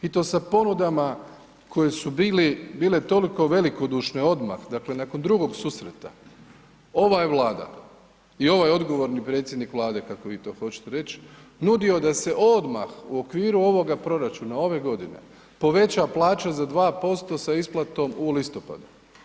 I to sa ponudama koje su bile toliko velikodušne odmah, dakle nakon drugog susreta, ova je Vlada i ovaj odgovorni predsjednik Vlade kako vi to hoćete reći nudio da se odmah u okviru ovoga proračuna, ove godine poveća plaća za 2% sa isplatom u listopadu.